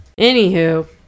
Anywho